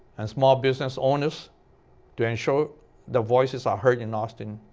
and small business owners to ensure the voices are heard in austin.